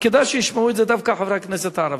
וכדאי שישמעו את זה דווקא חברי הכנסת הערבים.